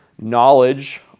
knowledge